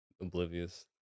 oblivious